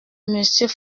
monsieur